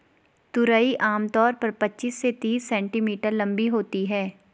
तुरई आम तौर पर पचीस से तीस सेंटीमीटर लम्बी होती है